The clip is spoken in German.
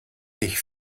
dich